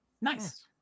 Nice